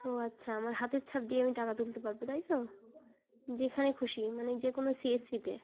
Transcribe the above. ও আচ্ছা আমার হাতের ছাপ দিয়ে আমি টাকা তুলতে পারব তাই তো যেখানে খুশি মানে যে কোনো সি এস পিতে